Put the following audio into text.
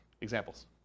Examples